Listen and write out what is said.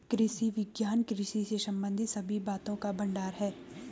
कृषि विज्ञान कृषि से संबंधित सभी बातों का भंडार है